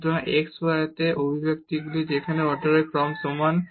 সুতরাং xy তে একটি অভিব্যক্তি সেখানে অর্ডারের ক্রম সমান